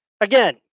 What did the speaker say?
Again